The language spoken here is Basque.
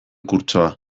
kurtsoa